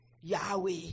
Yahweh